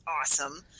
awesome